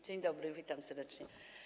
Dzień dobry, witam serdecznie.